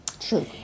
True